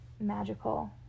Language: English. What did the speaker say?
magical